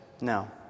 No